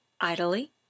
idly